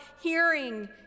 hearing